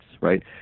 right